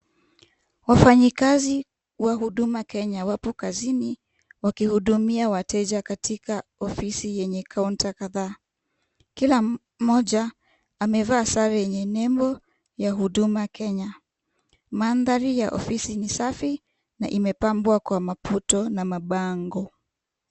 Wafanyikazi wa huduma Kenya wapo kazini wakihudumia wateja kwenye ofisi yenye kaunta kadhaa. Kila mmoja maveaa sare yenye nembo ya huduma Kenya. Mandhari ya ofisi ni safi na imepambwa kwa maputo na mapambo.